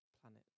planet